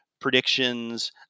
Predictions